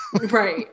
right